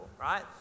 right